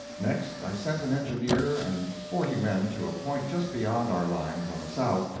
next, i sent an engineer and forty men to a point just beyond our lines on the south,